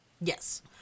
Yes